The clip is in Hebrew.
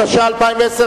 התש"ע 2010,